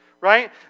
right